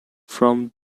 from